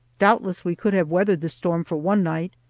doubtless we could have weathered the storm for one night,